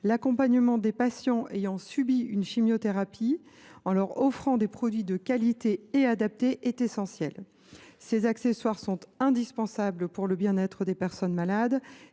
L’accompagnement des patients ayant subi une chimiothérapie, en offrant des produits de qualité et adaptés, est essentiel. Ces accessoires sont indispensables pour le bien être des personnes malades